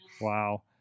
Wow